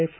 F